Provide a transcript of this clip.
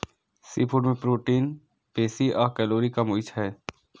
seafood मे protein बेसी आ कैलोरी कम होइ छै